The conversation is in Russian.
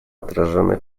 отражены